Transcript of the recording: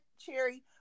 Cherry